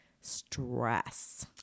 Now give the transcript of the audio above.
stress